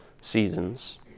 seasons